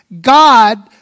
God